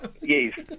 yes